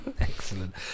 Excellent